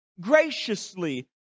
graciously